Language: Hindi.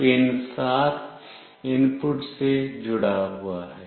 पिन 7 इनपुट से जुड़ा है